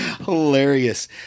hilarious